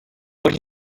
what